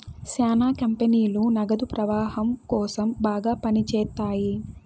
శ్యానా కంపెనీలు నగదు ప్రవాహం కోసం బాగా పని చేత్తాయి